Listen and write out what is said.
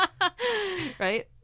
right